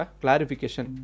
clarification